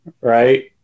Right